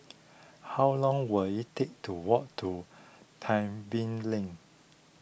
how long will it take to walk to Tebing Lane